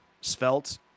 svelte